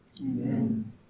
Amen